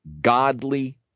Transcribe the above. godly